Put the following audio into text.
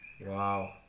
Wow